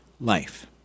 life